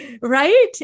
Right